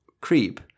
creep